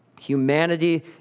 humanity